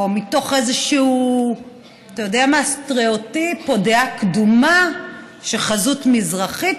או מתוך איזה סטריאוטיפ או דעה קדומה שחזות מזרחית,